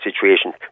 situation